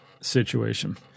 situation